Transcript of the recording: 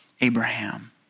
Abraham